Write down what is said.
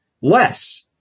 less